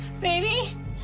Baby